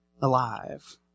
alive